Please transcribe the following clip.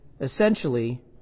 essentially